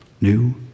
New